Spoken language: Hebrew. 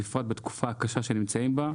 בפרט בתקופה הקשה שהם נמצאים בה.